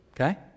okay